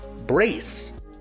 Brace